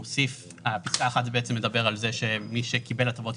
פסקה (1) מדברת על שמי שקיבל הטבות,